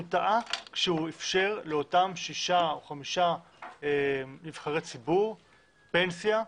כשאפשר לאותם חמישה או שישה נבחרי ציבור, פנסיה,